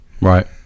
Right